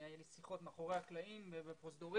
היו לי שיחות מאחורי הקלעים ובפרוזדורים,